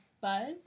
buzz